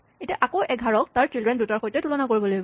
এতিয়া আকৌ ১১ ক তাৰ চিল্ড্ৰেন দুটাৰ সৈতে তুলনা কৰিব লাগিব